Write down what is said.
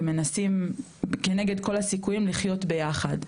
ומנסים כנגד כל הסיכויים לחיות ביחד,